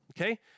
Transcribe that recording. okay